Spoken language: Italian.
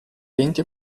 lenti